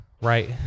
right